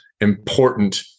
important